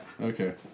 Okay